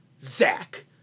Zach